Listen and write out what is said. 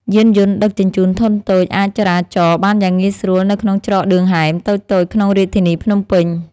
យានយន្តដឹកជញ្ជូនធុនតូចអាចចរាចរបានយ៉ាងងាយស្រួលនៅក្នុងច្រកឌឿងហែមតូចៗក្នុងរាជធានីភ្នំពេញ។